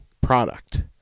product